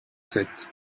sept